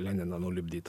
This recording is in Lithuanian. leniną nulipdyt